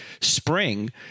spring